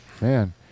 Man